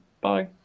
Bye